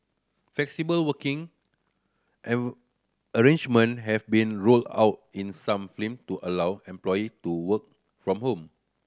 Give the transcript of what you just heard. flexible working arrangement have been rolled out in some to allow employee to work from home